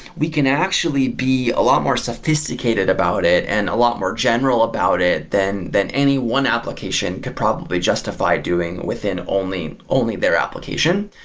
we can actually be a lot more sophisticated about it and a lot more general about it than than any one application could probably justify doing within only only their application.